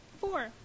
Four